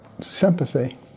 sympathy